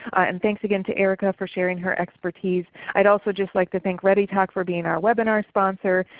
and thanks again to erica for sharing her expertise. i'd also just like to thank readytalk for being our webinar sponsor.